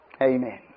Amen